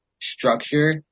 structure